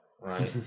Right